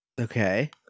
Okay